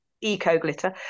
eco-glitter